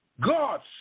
God's